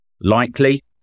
likely